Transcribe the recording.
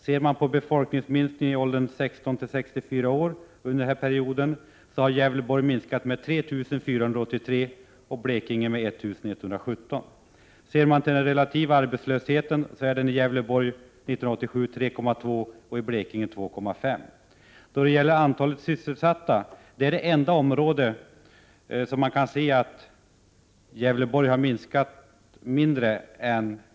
Ser man på antalet personer i åldern 16—64 år, har befolkningen i Gävleborg under denna period minskat med 3 483 och i Blekinge med 1 117. Den relativa arbetslösheten är i dag 3,2 90 i Gävleborg och 2,5 90 i Blekinge. Det enda område där minskningen har varit mindre i Gävleborg än i Blekinge är när det gäller antalet sysselsatta.